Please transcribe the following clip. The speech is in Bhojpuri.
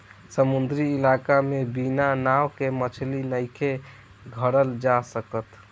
समुंद्री इलाका में बिना नाव के मछली नइखे धरल जा सकत